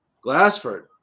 Glassford